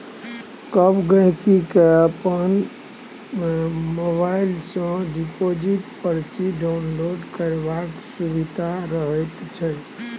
सब गहिंकी केँ अपन मोबाइल सँ डिपोजिट परची डाउनलोड करबाक सुभिता रहैत छै